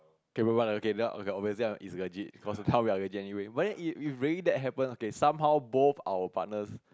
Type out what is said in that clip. okay we move on okay obviously it's legit cause how we are genuine but then if if really that happens somehow both our partners